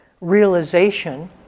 realization